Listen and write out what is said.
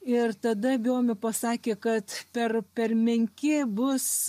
ir tada biomė pasakė kad per per menki bus